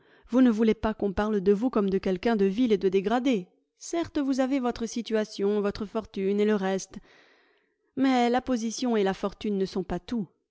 vous ne voulez pas qu'on parle de vous comme de quelqu'un de vil et de dégradé certes vous avez votre situation votre fortune et le reste mais la position et la fortune ne sont pas tout